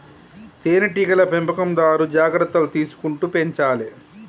తేనె టీగల పెంపకందారు జాగ్రత్తలు తీసుకుంటూ పెంచాలే